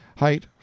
Height